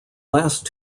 last